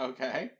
Okay